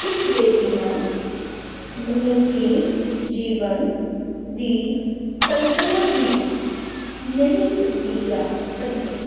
ਇਸ ਦੇ ਬਿਨਾ ਮਨੁੱਖੀ ਜੀਵਨ ਦੀ ਕਲਪਨਾ ਵੀ ਨਹੀਂ ਕੀਤੀ ਜਾ ਸਕਦੀ